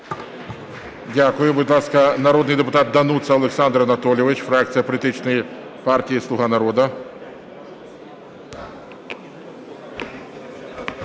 Дякую. Будь ласка, народний депутат Дануца Олександр Анатолійович, фракція політичної партії "Слуга народу".